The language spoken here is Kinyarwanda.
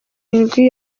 irindwi